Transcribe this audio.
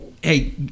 Hey